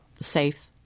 safe